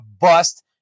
bust